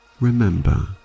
remember